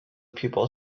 people